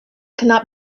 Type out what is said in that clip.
cannot